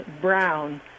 brown